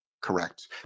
Correct